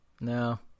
no